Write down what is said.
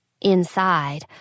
Inside